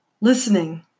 Listening